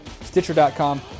Stitcher.com